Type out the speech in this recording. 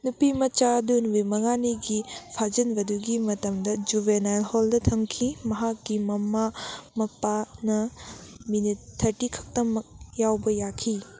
ꯅꯨꯄꯤꯃꯆꯥ ꯑꯗꯨ ꯅꯨꯃꯤꯠ ꯃꯉꯥꯅꯤꯒꯤ ꯐꯥꯖꯤꯟꯕꯗꯨꯒꯤ ꯃꯇꯝꯗ ꯖꯨꯕꯦꯅꯥꯏꯜ ꯍꯣꯜꯗ ꯊꯝꯈꯤ ꯃꯍꯥꯛꯀꯤ ꯃꯃꯥ ꯃꯄꯥꯅ ꯃꯤꯅꯤꯠ ꯊꯔꯇꯤ ꯈꯛꯇꯃꯛ ꯌꯥꯎꯕ ꯌꯥꯈꯤ